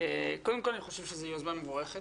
קודם כל אני חושב שזו יוזמה מבורכת.